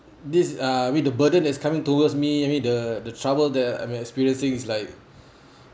these are with the burden that is coming towards me I mean the the trouble the I'm experiencing is like